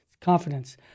Confidence